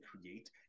create